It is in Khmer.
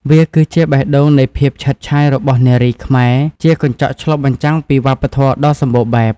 វាគឺជាបេះដូងនៃភាពឆើតឆាយរបស់នារីខ្មែរ ជាកញ្ចក់ឆ្លុះបញ្ចាំងពីវប្បធម៌ដ៏សម្បូរបែប។